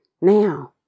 Now